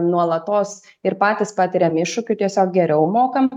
nuolatos ir patys patiriam iššūkių tiesiog geriau mokam